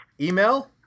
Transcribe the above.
Email